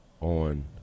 on